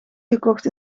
gekocht